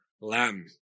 lamb